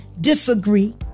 disagree